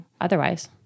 otherwise